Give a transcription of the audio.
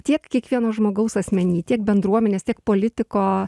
tiek kiekvieno žmogaus asmeny tiek bendruomenės tiek politiko